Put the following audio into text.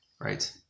right